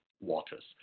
waters